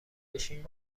بشین